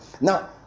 Now